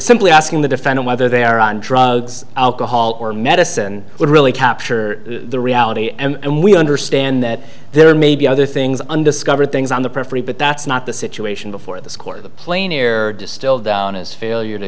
simply asking the defendant whether they are on drugs alcohol or medicine really capture the reality and we understand that there may be other things undiscovered things on the periphery but that's not the situation before this court or the plane air distilled down is failure to